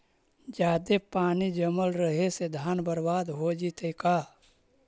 जादे पानी जमल रहे से धान बर्बाद हो जितै का?